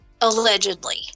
allegedly